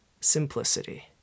simplicity